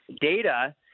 data